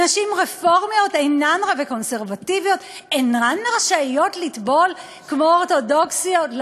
נשים רפורמיות וקונסרבטיביות אינן רשאיות לטבול כמו אורתודוקסיות?